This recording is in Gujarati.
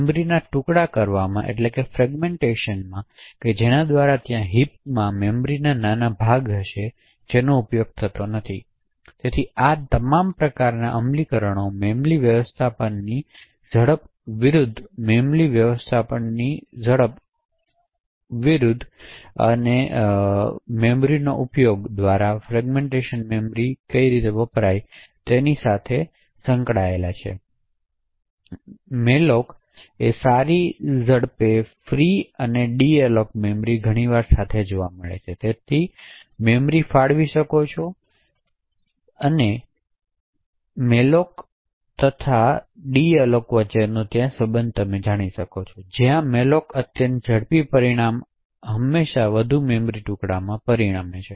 મેમરીના ટુકડા કરવામાં જેના દ્વારા ત્યાં હિપમાં મેમરીના નાના ભાગ હશે જેનો ઉપયોગ થવાનો નથી તેથી આ તમામ પ્રકારના અમલીકરણો મેમરી વ્યવસ્થાપનની ઝડપ વિરુદ્ધ મેમરી વ્યવસ્થાપન ની ઝડપ દ્વારા ફ્રેગમેન્ટ મેમરી ઝડપ કે જેની સાથેસૂ ચિત malloc સારી ઝડપ જે ફ્રી અને deallocate મેમરી ઘણી વાર સાથે જોવા મળે છે તેટલી મેમરી ફાળવી શકો વચ્ચેની અમલીકરણો malloc છે જ્યાં malloc અત્યંત ઝડપી પરિણામ હંમેશાં વધુ મેમરી ટુકડાઓ માં પરિણમે છે